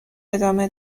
ادامه